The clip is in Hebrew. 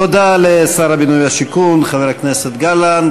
תודה לשר הבינוי והשיכון חבר הכנסת גלנט.